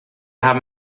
haben